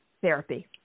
therapy